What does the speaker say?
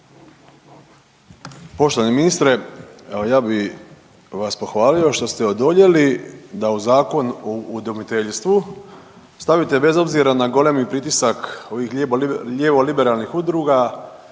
Poštovani ministre, evo ja bih vas pohvalio što ste odoljeli da u Zakon o udomiteljstvu stavite bez obzira na golemi pritisak ovih lijevo liberalnih udruga